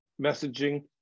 messaging